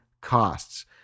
costs